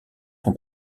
son